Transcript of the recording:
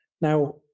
Now